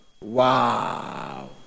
Wow